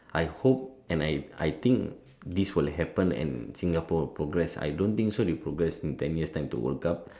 I hope and I I think this will happen and Singapore progress I don't think so they will progress in ten year's time to world cup